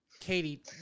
Katie